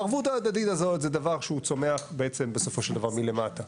הערבות ההדדית הזאת זה דבר שהוא צומח בעצם בסופו של דבר מלמטה.